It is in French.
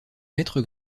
maître